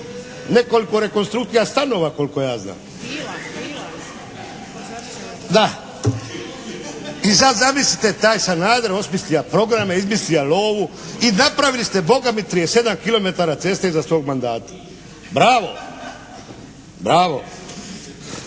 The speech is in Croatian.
nekoliko rekonstrukcija stanova kolika ja znam. Da. I sad zamislite taj Sanader osmislia programe, izmislia lovu i napravili ste Boga mi 37 kilometara ceste za svog mandata. Bravo. Bravo.